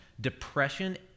Depression